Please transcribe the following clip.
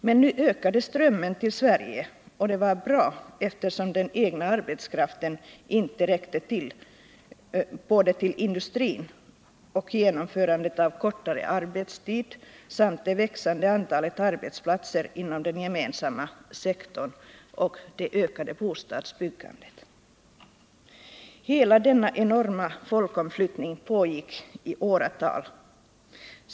Men nu ökade strömmen till Sverige, och det var bra eftersom den egna arbetskraften inte räckte både till industrin och för genomförandet av kortare arbetstid samt till det växande antalet arbetsplatser inom den gemensamma sektorn och det ökade bostadsbyggandet. Hela denna enorma folkomflyttning pågick i åratal.